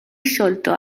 sciolto